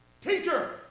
teacher